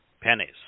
pennies